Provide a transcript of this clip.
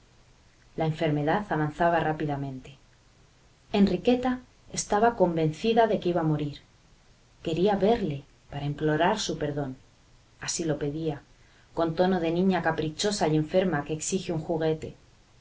la enfermedad avanzaba rápidamente enriqueta estaba convencida de que iba a morir quería verle para implorar su perdón así lo pedía con tono de niña caprichosa y enferma que exige un juguete